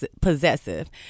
possessive